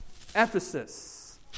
Ephesus